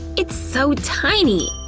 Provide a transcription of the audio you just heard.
it's so tiny!